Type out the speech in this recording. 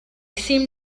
seemed